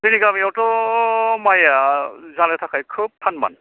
जोंनि गामियावथ' माइया जानो थाखाय खोब थान मान